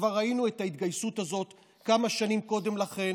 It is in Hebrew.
כבר ראינו את ההתגייסות הזאת כמה שנים קודם לכן,